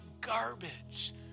garbage